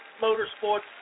Motorsports